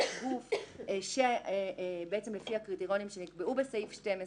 גוף שלפי הקריטריונים שנקבעו בסעיף 12